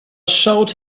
showed